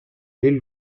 les